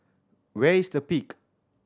where is The Peak